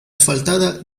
asfaltada